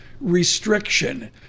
restriction